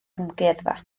amgueddfa